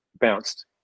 bounced